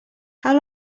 how